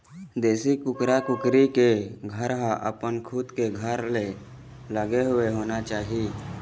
देशी कुकरा कुकरी के घर ह अपन खुद के घर ले लगे हुए होना चाही